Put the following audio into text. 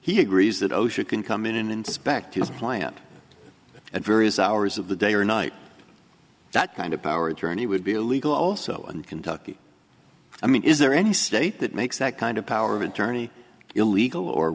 he agrees that osha can come in and inspect his plant at various hours of the day or night that kind of power attorney would be illegal also in kentucky i mean is there any state that makes that kind of power of attorney illegal or